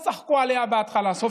כולם צחקו עליה בהתחלה.